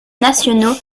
nationaux